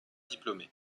diplômé